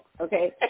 okay